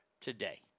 today